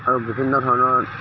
আৰু বিভিন্ন ধৰণৰ